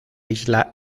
isla